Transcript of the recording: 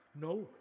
No